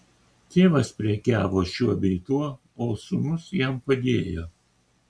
tėvas prekiavo šiuo bei tuo o sūnus jam padėjo